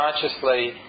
consciously